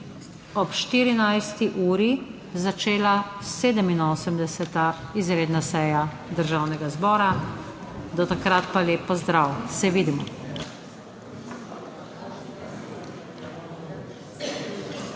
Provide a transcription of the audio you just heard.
ob 14. uri, začela 87. izredna seja Državnega zbora. Do takrat pa lep pozdrav! Se vidimo.